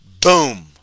Boom